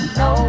no